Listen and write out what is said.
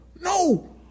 No